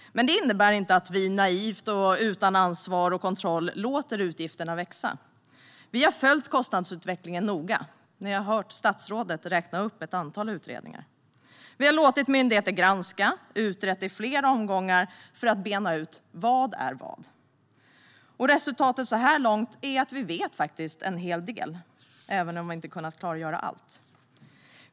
Men det innebär inte att vi naivt och utan ansvar och kontroll låter utgifterna växa. Vi har följt kostnadsutvecklingen noga. Vi har hört statsrådet räkna upp ett antal utredningar. Vi har låtit myndigheter granska och har utrett i flera omgångar för att bena ut vad som är vad. Resultatet så här långt är att vi faktiskt vet en hel del, även om vi inte har kunnat klargöra allt.